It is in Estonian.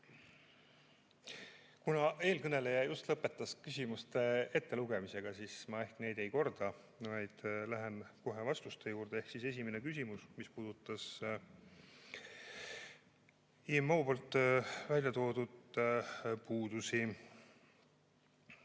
Kuna eelkõneleja just lõpetas küsimuste ettelugemise, siis ma ehk neid ei korda, vaid lähen kohe vastuste juurde. Ehk siis esimene küsimus, mis puudutas IMO välja toodud puudusi.